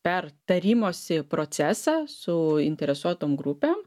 per tarimosi procesą su interesuotom grupėm